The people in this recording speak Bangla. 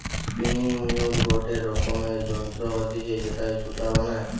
স্পিনিং মিউল গটে রকমের যন্ত্র হতিছে যেটায় সুতা বানায়